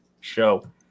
show